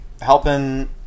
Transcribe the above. Helping